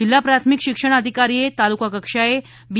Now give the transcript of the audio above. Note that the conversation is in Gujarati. જિલ્લા પ્રાથમિક શિક્ષણ અધિકારીએ તાલુકાકક્ષાએ બી